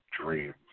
dreams